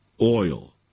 Oil